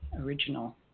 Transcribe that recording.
original